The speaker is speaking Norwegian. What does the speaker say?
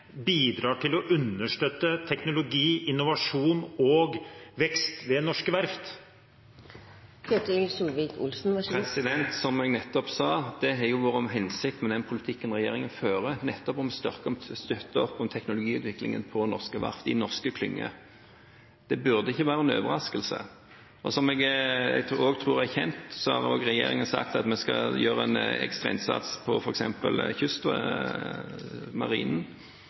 bidrar til å understøtte teknologi, innovasjon og vekst ved norske verft? Som jeg nettopp sa: Det har jo vært hensikten med den politikken regjeringen fører, nettopp å støtte opp om teknologiutviklingen på norske verft i norske klynger. Det burde ikke være en overraskelse. Som jeg også tror er kjent, har regjeringen sagt at en skal gjøre en ekstra innsats for f.eks. Marinen,